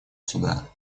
суда